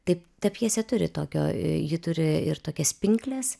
taip ta pjesė turi tokio ji turi ir tokias pinkles